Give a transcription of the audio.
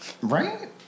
Right